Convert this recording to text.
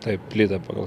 taip plyta pagal